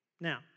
Now